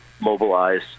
Mobilize